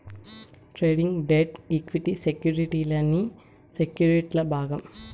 trading, debt, equity సెక్యుర్టీలన్నీ సెక్యుర్టీల్ల భాగం